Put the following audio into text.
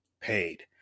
paid